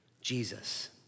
Jesus